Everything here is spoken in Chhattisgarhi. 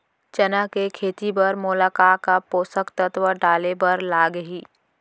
चना के खेती बर मोला का का पोसक तत्व डाले बर लागही?